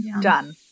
Done